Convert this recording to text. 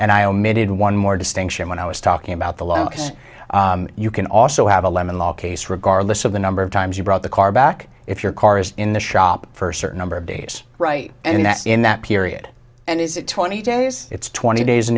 and i omitted one more distinction when i was talking about the lowest you can also have a lemon law case regardless of the number of times you brought the car back if your car is in the shop for a certain number of days right and that's in that period and is it twenty days it's twenty days